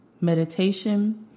meditation